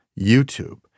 YouTube